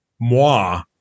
Moi